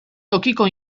tokiko